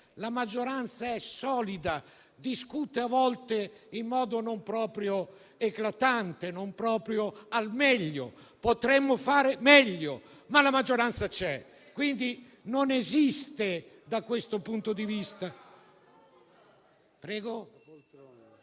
la maggioranza c'è ed è solida. Discute a volte in modo non proprio eclatante, non proprio al meglio; potremmo fare meglio, ma la maggioranza c'è. Non esiste, da questo punto di vista...